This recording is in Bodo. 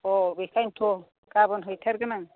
अह बेखायन्थ' गाबोन हैथारगोन आं